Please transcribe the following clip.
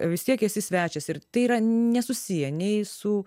vis tiek esi svečias ir tai yra nesusiję nei su